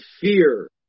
fear